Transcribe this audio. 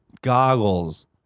goggles